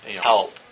help